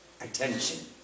attention